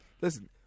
listen